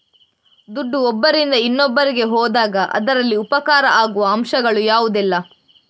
ದುಡ್ಡು ಒಬ್ಬರಿಂದ ಇನ್ನೊಬ್ಬರಿಗೆ ಹೋದಾಗ ಅದರಲ್ಲಿ ಉಪಕಾರ ಆಗುವ ಅಂಶಗಳು ಯಾವುದೆಲ್ಲ?